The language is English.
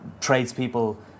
tradespeople